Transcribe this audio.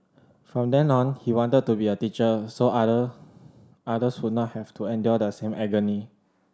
from then on he wanted to be a teacher so other others would not have to endure the same agony